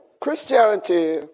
Christianity